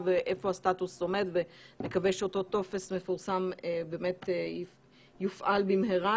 ואיפה הסטטוס עומד ונקווה שאותו טופס מפורסם באמת יופעל במהרה,